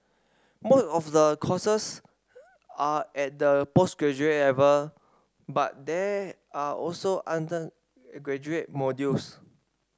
most of the courses are at the postgraduate level but there are also undergraduate modules